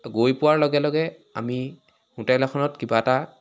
গৈ পোৱাৰ লগে লগে আমি হোটেল এখনত কিবা এটা